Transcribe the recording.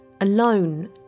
alone